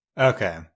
Okay